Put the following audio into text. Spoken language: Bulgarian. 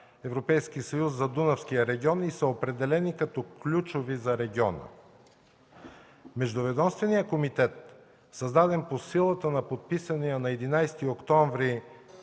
Европейския съюз за Дунавския регион и са определени като ключови за региона. Междуведомственият комитет, създаден по силата на подписания на 11 октомври